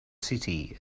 city